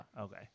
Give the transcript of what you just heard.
Okay